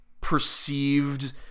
perceived